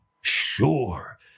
sure